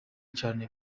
cane